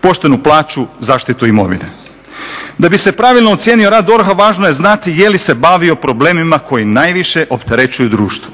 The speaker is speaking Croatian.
poštenu plaću, zaštitu imovine. Da bi se pravilno ocijenio rad DORH-a važno je znati je li se bavio problemima koji najviše opterećuju društvo.